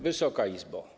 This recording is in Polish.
Wysoka Izbo!